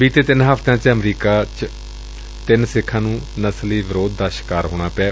ਬੀਤੇ ਤਿੰਨ ਹਫ਼ਤਿਆ ਵਿਚ ਹੀ ੱਅਮਰੀਕਾ ਅੰਦਰ ਤਿੰਨ ਸਿੱਖਾ ਨੂੰ ਨਸਲੀ ਵਿਰੋਧ ਦਾ ਸ਼ਿਕਾਰ ਹੋਣਾ ਪਿਆ